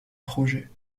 projet